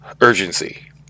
urgency